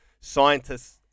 scientists